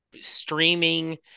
streaming